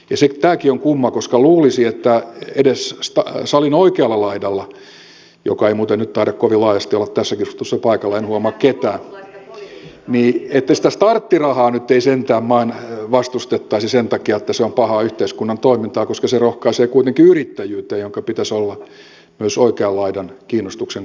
ja tämäkin on kumma koska luulisi että edes salin oikealla laidalla joka ei muuten nyt taida kovin laajasti olla tässä keskustelussa paikalla en huomaa ketään sitä starttirahaa nyt ei sentään vain vastustettaisi sen takia että se on pahaa yhteiskunnan toimintaa koska se rohkaisee kuitenkin yrittäjyyttä jonka pitäisi olla myös oikean laidan kiinnostuksen kohteena